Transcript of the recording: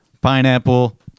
pineapple